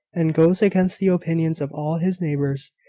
and goes against the opinions of all his neighbours.